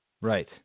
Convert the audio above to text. Right